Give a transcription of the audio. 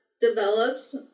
developed